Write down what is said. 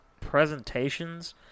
presentations